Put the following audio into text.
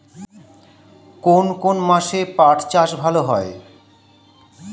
কোন কোন মাসে পাট চাষ ভালো হয়?